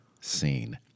seen